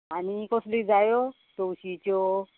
आनी कसली जायो तवशीच्यो